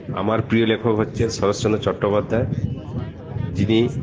আমার প্রিয় লেখক হচ্ছেন শরৎচন্দ্র চট্টোপাধ্যায় যিনি